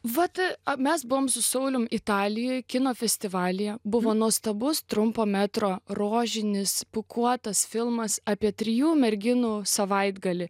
vat ar mes buvom su sauliumi italijoj kino festivalyj buvo nuostabus trumpo metro rožinis pūkuotas filmas apie trijų merginų savaitgalį